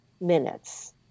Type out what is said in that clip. minutes